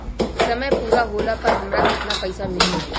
समय पूरा होला पर हमरा केतना पइसा मिली?